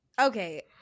Okay